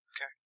Okay